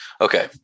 Okay